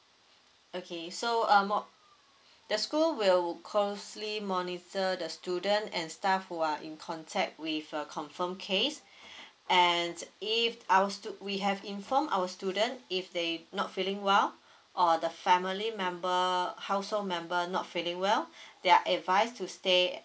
okay so uh the school will closely monitor the student and staff who are in contact with a confirm case and if our stud~ we have inform our student if they not feeling well or the family member household member not feeling well they are advise to stay at